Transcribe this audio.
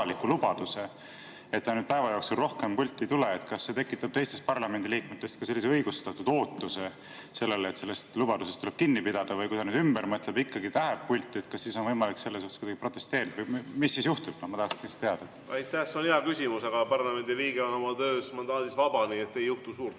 et ta päeva jooksul rohkem pulti ei tule, kas see tekitab teistes parlamendi liikmetes õigustatud ootuse, et sellest lubadusest tuleb kinni pidada? Või kui ta nüüd ümber mõtleb ja ikkagi läheb pulti, kas siis on võimalik selle vastu kuidagi protesteerida, või mis siis juhtub? Ma tahaksin lihtsalt teada. Aitäh! See on hea küsimus, aga parlamendi liige on oma töös ja mandaadis vaba, nii et ei juhtu suurt